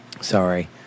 Sorry